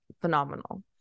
phenomenal